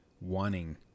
wanting